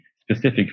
specific